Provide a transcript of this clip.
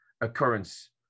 occurrence